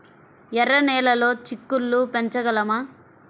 ఎర్ర నెలలో చిక్కుళ్ళు పెంచగలమా?